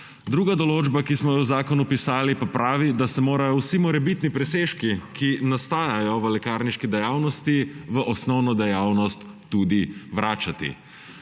Druga določba, ki smo jo v zakon vpisali, pa pravi, da se morajo vsi morebitni presežki, ki nastajajo v lekarniški dejavnosti, v osnovno dejavnost tudi vračati.